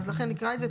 אז לכן נקרא את זה.